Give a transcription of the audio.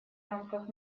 рамках